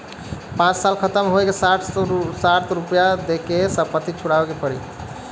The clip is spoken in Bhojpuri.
पाँच साल खतम होते साठ तो पइसा दे के संपत्ति छुड़ावे के पड़ी